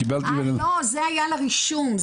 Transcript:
זה היה לרישום.